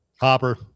Hopper